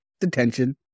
detention